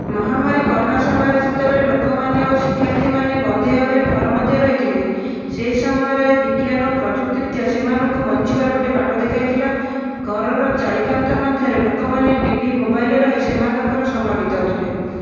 ମହାମାରୀ କୋରୋନା ସମୟରେ ସେତେବେଳେ ଲୋକମାନେ ଓ ଶିକ୍ଷାର୍ଥୀମାନେ ବନ୍ଦି ଭାବରେ ଘର ମଧ୍ୟରେ ରହିଥିଲେ ସେହି ସମୟରେ ବିଜ୍ଞାନ ଓ ପ୍ରଯୁକ୍ତିବିଦ୍ୟା ସେମାନଙ୍କୁ ବଞ୍ଚିବାର ଗୋଟିଏ ବାଟ ଦେଖାଇଥିଲା ଘରର ଚାରି କାନ୍ଥ ମଧ୍ୟରେ ଲୋକମାନେ ଟିଭି ମୋବାଇଲରେ ରହି ସେମାନଙ୍କ ସମୟ ବିତାଉଥିଲେ